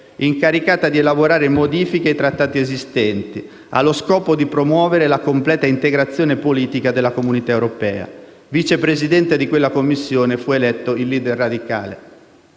incaricata di elaborare modifiche ai Trattati esistenti, allo scopo di promuovere la completa integrazione politica della Comunità europea. Vicepresidente di quella Commissione fa eletto il *leader* radicale.